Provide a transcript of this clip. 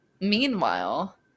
Meanwhile